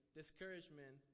discouragement